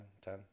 ten